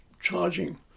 charging